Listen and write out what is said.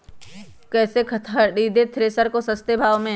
कैसे खरीदे थ्रेसर को सस्ते भाव में?